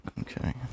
Okay